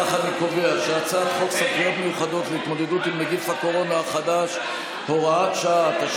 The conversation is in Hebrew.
חוק סמכויות מיוחדות להתמודדות עם נגיף הקורונה החדש (הוראת שעה),